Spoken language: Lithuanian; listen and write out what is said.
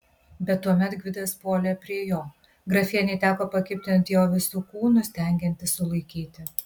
bet tuomet gvidas puolė prie jo grafienei teko pakibti ant jo visu kūnu stengiantis sulaikyti